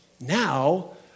now